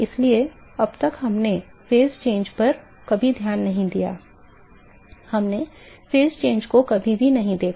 इसलिए अब तक हमने चरण परिवर्तन पर कभी ध्यान नहीं दिया हमने चरण परिवर्तन को कभी नहीं देखा